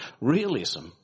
realism